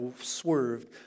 swerved